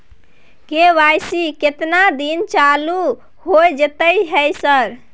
KYC केतना दिन चालू होय जेतै है सर?